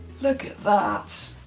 look at that.